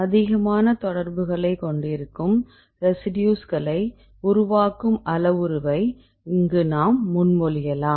அதிகமான தொடர்புகளை கொண்டிருக்கும் ரெசிடியூஸ்களை உருவாக்கும் அளவுருவை இங்கு நாம் முன்மொழியலாம்